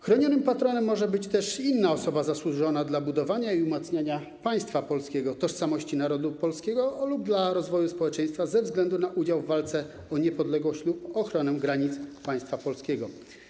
Chronionym patronem może być też inna osoba zasłużona dla budowania i umacniania państwa polskiego, tożsamości narodu polskiego lub dla rozwoju społeczeństwa ze względu na udział w walce o niepodległość lub ochronę granic państwa polskiego.